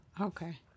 Okay